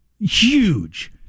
Huge